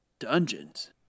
Dungeons